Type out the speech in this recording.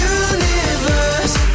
universe